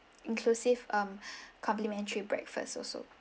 inclusive um complimentary breakfast also